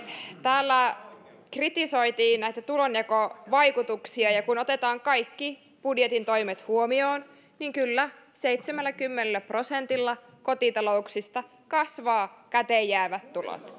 täällä kritisoitiin tulonjakovaikutuksia kun otetaan kaikki budjetin toimet huomioon niin kyllä seitsemälläkymmenellä prosentilla kotitalouksista kasvavat käteenjäävät tulot